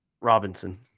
Robinson